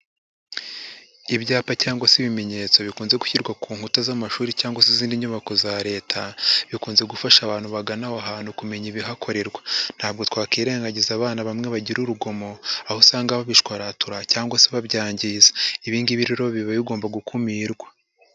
Ibyapa cyangwa se ibimenyetso bikunze gushyirwa ku nkuta z'amashuri cyangwa izindi nyubako za Leta, bikunze gufasha abantu bagana aho hantu kumenya ibihakorerwa. Ntabwo twakirengagiza abana bamwe bagira urugomo, aho usanga babishwaratura cyangwa se babyangiza. Ibi ngibi rero biba bigomba gukumirwa.